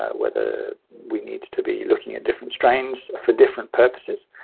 whether we need to be looking at different strains for different purposes,